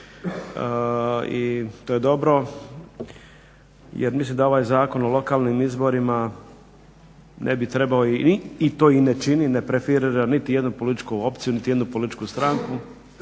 I to je dobro, jer mislim da ovaj Zakon o lokalnim izborima ne bi trebao i to i ne čini, ne preferira niti jednu političku opciju, niti jednu političku stranku.